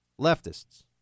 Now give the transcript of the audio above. leftists